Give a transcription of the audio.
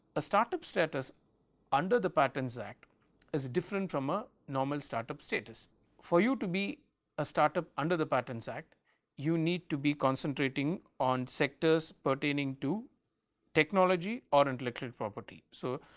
a start-up status under the patents act is different from a normal start-up status for you to be a start-up under the patents act you need to be concentrating on sectors pertaining to technology or intellectual property. so,